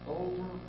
over